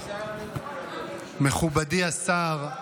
מכובדי השר,